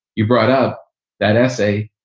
you brought up that essay.